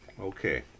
okay